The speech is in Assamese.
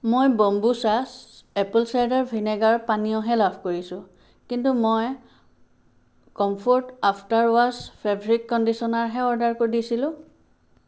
মই বম্বুচা এপল চাইডাৰ ভিনেগাৰ পানীয়হে লাভ কৰিছোঁ কিন্তু মই কম্ফৰ্ট আফ্টাৰ ৱাছ ফেব্ৰিক কণ্ডিশ্যনাৰহে অৰ্ডাৰ ক দিছিলোঁ